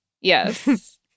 yes